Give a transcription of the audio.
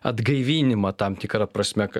atgaivinimą tam tikra prasme ka